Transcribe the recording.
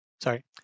sorry